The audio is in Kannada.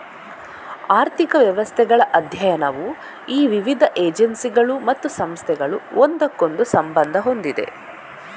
ಆರ್ಥಿಕ ವ್ಯವಸ್ಥೆಗಳ ಅಧ್ಯಯನವು ಈ ವಿವಿಧ ಏಜೆನ್ಸಿಗಳು ಮತ್ತು ಸಂಸ್ಥೆಗಳು ಒಂದಕ್ಕೊಂದು ಸಂಬಂಧ ಹೊಂದಿವೆ